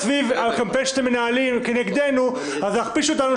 סביב הקמפיין שאתם מנהלים כנגדנו אז להכפיש אותנו,